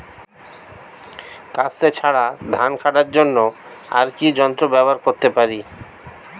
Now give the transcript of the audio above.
কাস্তে ছাড়া ধান কাটার জন্য আর কি যন্ত্র ব্যবহার করতে পারি?